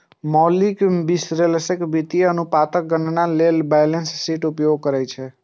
मौलिक विश्लेषक वित्तीय अनुपातक गणना लेल बैलेंस शीट के उपयोग करै छै